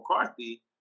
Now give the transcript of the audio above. McCarthy